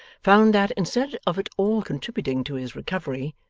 found that, instead of at all contributing to his recovery,